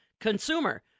consumer